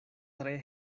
tre